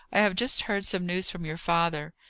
i have just heard some news from your father.